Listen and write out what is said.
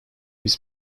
his